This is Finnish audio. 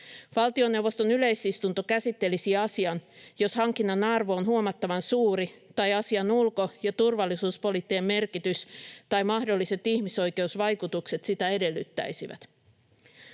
Valtioneuvoston yleisistunto käsittelisi asian, jos hankinnan arvo on huomattavan suuri tai asian ulko- ja turvallisuuspoliittinen merkitys tai mahdolliset ihmisoikeusvaikutukset sitä edellyttäisivät.